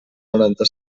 noranta